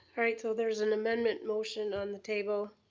right, so there's an amendment motion on the table.